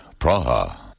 Praha